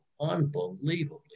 unbelievably